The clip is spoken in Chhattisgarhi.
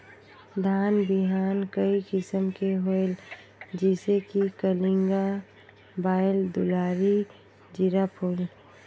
धान बिहान कई किसम के होयल जिसे कि कलिंगा, बाएल दुलारी, जीराफुल?